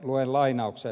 luen lainauksen